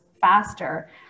faster